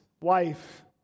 wife